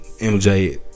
MJ